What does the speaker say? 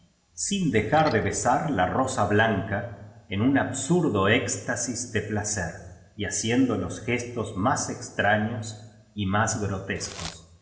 sin dejar de besar la rosa blanca en un absurdo éxtasis de placer y haciendo los gestos mas extraños y más grotescos